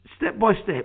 step-by-step